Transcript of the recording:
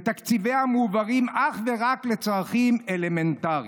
ותקציביה מועברים אך ורק לצרכים אלמנטריים.